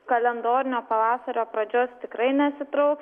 kalendorinio pavasario pradžios tikrai nesitrauks